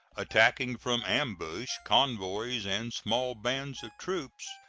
attacking from ambush convoys and small bands of troops,